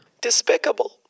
Despicable